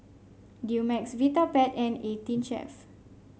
Dumex Vitapet and Eighteen Chef